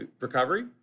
recovery